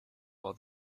while